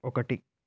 ఒకటి